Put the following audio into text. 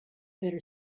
better